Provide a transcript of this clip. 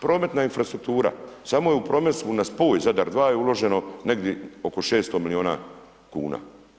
Prometna infrastruktura, samo je u prometu na spoj Zadar II uloženo negdje oko 600 milijuna kuna.